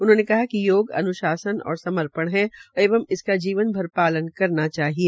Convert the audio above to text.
उन्होंने कहा कि योग अन्शासन और समपर्ण है एवं इसका जीवन भर पालन करना चाहिए